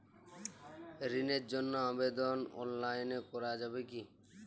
ঋণের জন্য আবেদন অনলাইনে করা যাবে কি?